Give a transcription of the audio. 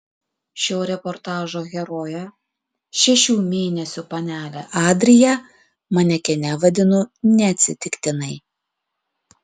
šio reportažo heroję šešių mėnesių panelę adriją manekene vadinu neatsitiktinai